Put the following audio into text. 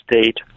state